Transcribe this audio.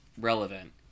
relevant